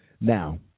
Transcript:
Now